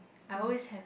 I always have